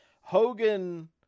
Hogan